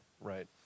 Right